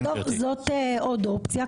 טוב, זאת עוד אופציה.